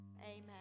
Amen